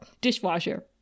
dishwasher